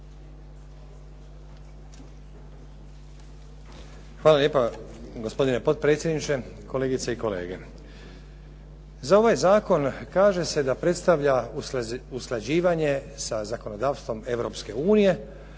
Hvala lijepa gospodine potpredsjedniče, kolegice i kolege. Za ovaj zakon kaže se da predstavlja usklađivanje sa zakonodavstvom Europske unije